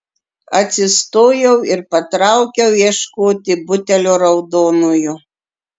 atsistojau ir patraukiau ieškoti butelio raudonojo